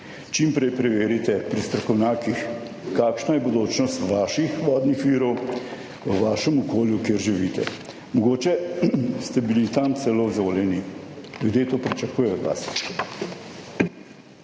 čim prej preverite pri strokovnjakih kakšna je bodočnost vaših vodnih virov v vašem okolju, kjer živite. Mogoče ste bili tam celo izvoljeni, ljudje to pričakujejo od vas.